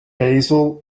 basil